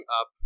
up